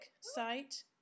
site